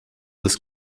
des